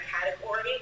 category